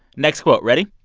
next quote. ready?